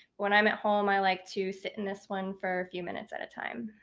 when i'm at home, i like to sit in this one for a few minutes at a time.